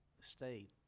state